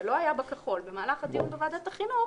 זה לא היה בכחול במהלך הדיון בוועדת החינוך